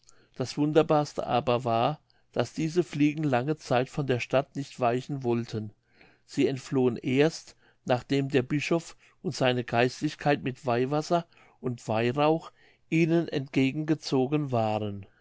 das wunderbarste aber war daß diese fliegen lange zeit von der stadt nicht weichen wollten sie entflohen erst nachdem der bischof und seine geistlichkeit mit weihwasser und weihrauch ihnen entgegen gezogen waren